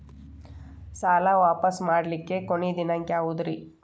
ಸಾಲಾ ವಾಪಸ್ ಮಾಡ್ಲಿಕ್ಕೆ ಕೊನಿ ದಿನಾಂಕ ಯಾವುದ್ರಿ?